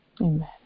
Amen